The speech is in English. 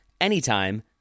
anytime